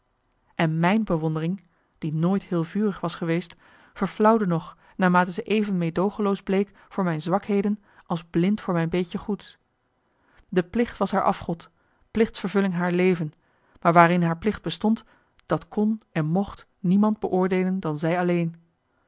en mijn bewondering die nooit heel vurig was geweest verflauwde nog naarmate ze even medoogenloos bleek voor mijn zwakheden als blind voor mijn beetje goeds de plicht was haar afgod plichtsvervulling haar leven maar waarin haar plicht bestond dat kon en mocht niemand beoordeelen dan zij alleen